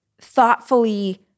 thoughtfully